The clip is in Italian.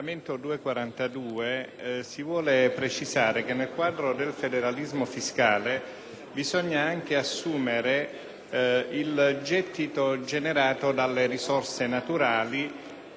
bisogna anche assumere il gettito generato dalle risorse naturali da valorizzare in un quadro di solidarietà e di federalismo,